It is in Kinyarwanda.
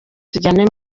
tujyane